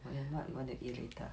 well then what you want to eat later